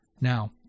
Now